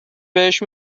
بهش